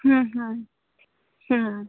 હં હં હં